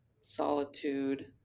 solitude